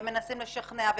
ומנסים לשכנע,